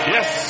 Yes